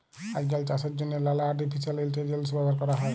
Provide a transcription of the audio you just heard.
আইজকাল চাষের জ্যনহে লালা আর্টিফিসিয়াল ইলটেলিজেলস ব্যাভার ক্যরা হ্যয়